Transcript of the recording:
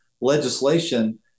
legislation